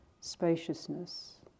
spaciousness